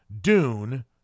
Dune